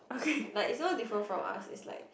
like is so different from us is like